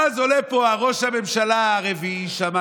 ואז עולה פה ראש הממשלה הרביעי שם,